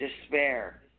despair